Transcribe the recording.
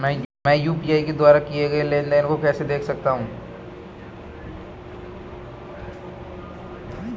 मैं यू.पी.आई के द्वारा किए गए लेनदेन को कैसे देख सकता हूं?